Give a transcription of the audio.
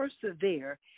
persevere